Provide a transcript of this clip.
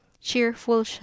cheerful